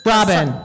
Robin